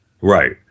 Right